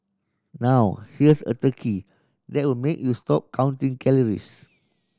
now here's a turkey that will make you stop counting calories